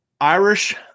Irish